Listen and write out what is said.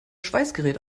schweißgerät